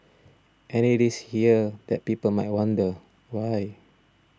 and it is here that people might wonder why